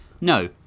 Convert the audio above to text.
No